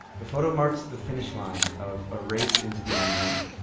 the photo marks the finish line of a race into the unknown.